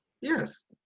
Yes